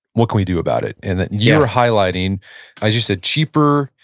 what can we do about it? and you're highlighting as you said, cheaper,